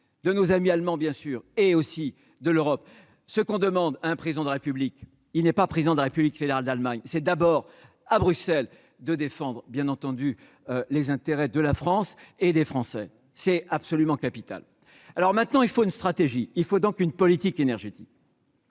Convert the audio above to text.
de nos amis allemands, bien sûr, et aussi de l'Europe, ce qu'on demande un président de la République, il n'est pas président de la République fédérale d'Allemagne, c'est d'abord à Bruxelles de défendre bien entendu les intérêts de la France et des Français, c'est absolument capital alors maintenant, il faut une stratégie, il faut donc une politique énergétique